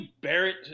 Barrett